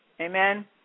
Amen